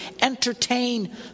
entertain